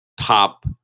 top